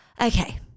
okay